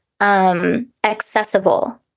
Accessible